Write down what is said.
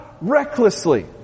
recklessly